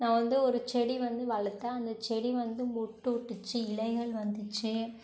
நான் வந்து ஒரு செடி வந்து வளர்த்தேன் அந்த செடி வந்து மொட்டு விட்டுச்சி இலைகள் வந்துச்சு